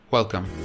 Welcome